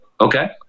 okay